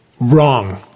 Wrong